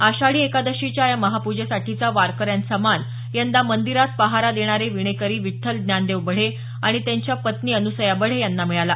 आषाढी एकादशीच्या या महापूजेसाठीचा वारकऱ्यांचा मान यंदा मंदिरात पहारा देणारे विणेकरी विठ्ठल ज्ञानदेव बढे आणि त्यांच्या पत्नी अनुसया बढे यांना मिळाला